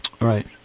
Right